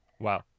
Wow